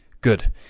Good